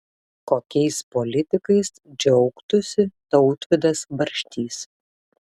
kokiais politikais džiaugtųsi tautvydas barštys